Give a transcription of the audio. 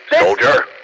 Soldier